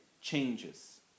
changes